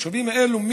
התושבים האלה,